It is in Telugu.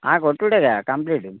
కొట్టుడేగా కంప్లీట్